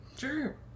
Sure